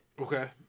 Okay